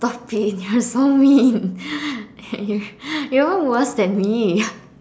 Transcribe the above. stop it you are so mean you you are even worse than me